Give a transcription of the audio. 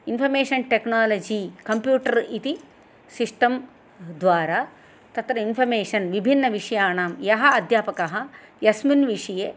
information technology computer इति system द्वारा तत्र इन्फ़र्मेषन् विभिन्नविषयाणां सः अध्यापकः यस्मिन् विषये